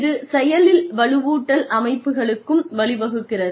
இது செயலில் வலுவூட்டல் அமைப்புகளுக்கும் வழிவகுக்கிறது